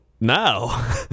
now